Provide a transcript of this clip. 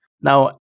Now